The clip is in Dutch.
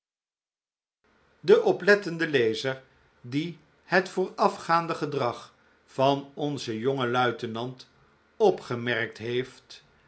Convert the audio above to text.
de oplettende lezer die het voorafgaande gedrag van onzen jongen luitenant opgemerkt heeft